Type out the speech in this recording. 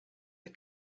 the